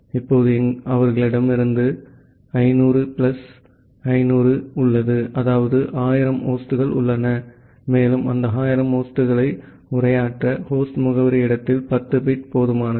எனவே இப்போது அவர்களிடம் 500 பிளஸ் 500 உள்ளது அதாவது 1000 ஹோஸ்ட்கள் உள்ளன மேலும் அந்த 1000 ஹோஸ்ட்களை உரையாற்ற ஹோஸ்ட் முகவரிஇடத்தில் 10 பிட் போதுமானது